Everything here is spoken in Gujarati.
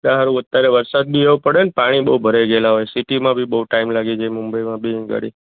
ને હારું અત્યારે વરસાદ બી એવો પડેને પાણી બહુ ભરાઈ ગયેલાં હોય સિટીમાં બી બહુ ટાઈમ લાગી જાય મુંબઈમાં બી અહીંગડી